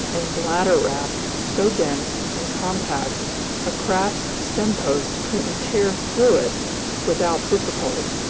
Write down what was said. and bladder wrack so dense and compact a craft's stempost couldn't tear through it without difficulty.